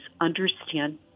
understand